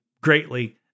greatly